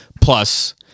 plus